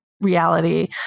reality